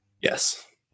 Yes